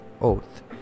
oath